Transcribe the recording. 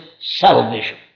salvation